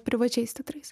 privačiais teatrais